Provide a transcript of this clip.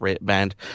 band